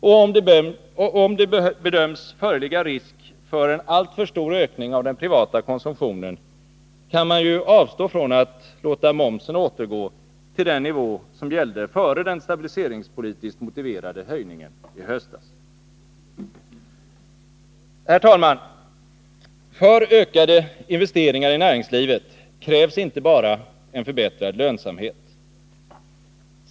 Och om det bedöms föreligga risk för en alltför stor ökning av den privata konsumtionen, kan man avstå från att låta momsen återgå till den nivå som gällde före den stabiliseringspolitiskt motiverade höjningen i höstas. Herr talman! För ökade investeringar i näringslivet krävs inte bara en förbättrad lönsamhet.